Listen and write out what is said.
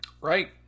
Right